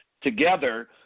together